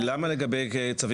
מה זה קשור?